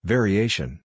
Variation